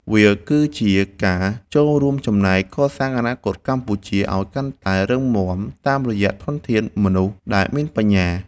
វាគឺជាការចូលរួមចំណែកកសាងអនាគតកម្ពុជាឱ្យកាន់តែរឹងមាំតាមរយៈធនធានមនុស្សដែលមានបញ្ញា។